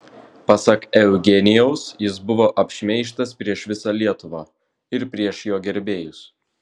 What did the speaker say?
pasak eugenijaus jis buvo apšmeižtas prieš visą lietuvą ir prieš jo gerbėjus